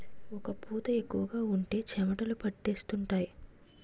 ఒక్క పూత ఎక్కువగా ఉంటే చెమటలు పట్టేస్తుంటాయి